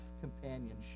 companionship